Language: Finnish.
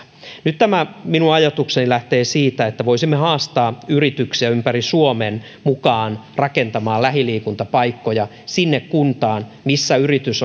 nyt tämä minun ajatukseni lähtee siitä että voisimme haastaa yrityksiä ympäri suomen mukaan rakentamaan lähiliikuntapaikkoja vaikka siihen kuntaan missä yritys